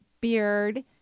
beard